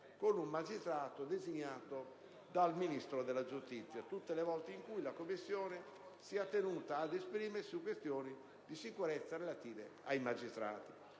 con un magistrato designato dal Ministro della giustizia, tutte le volte in cui la commissione sia tenuta ad esprimersi su questioni di sicurezza relative a magistrati.